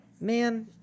man